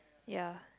ya